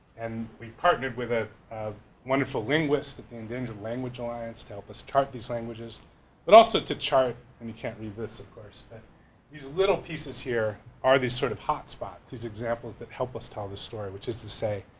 and we partnered with a wonderful linguist of the endangered language alliance to help us chart these languages but also to chart, and we can't read this of course but these little pieces here are these sort of hotspots. these examples that help us tell the story which is to say,